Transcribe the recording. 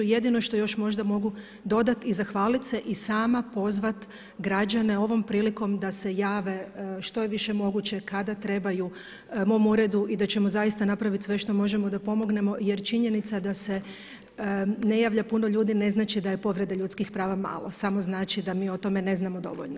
Jedino što još možda mogu dodati i zahvaliti se i sama pozvati građane ovom prilikom da se jave što je više moguće kada trebaju mom uredu i da ćemo zaista napraviti sve što možemo da pomognemo jer činjenica da se ne javlja puno ljudi ne znači da je povreda ljudskih prava malo, samo znači da mi o tome ne znamo dovoljno.